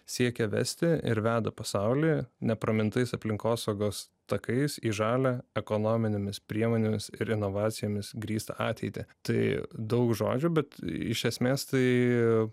siekia vesti ir veda pasaulį nepramintais aplinkosaugos takais į žalią ekonominėmis priemonėmis ir inovacijomis grįstą ateitį tai daug žodžių bet iš esmės tai